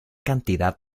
cantidad